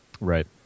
Right